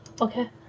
Okay